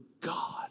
God